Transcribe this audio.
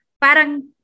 Parang